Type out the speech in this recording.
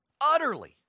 utterly